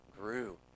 grew